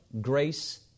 grace